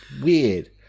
weird